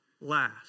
last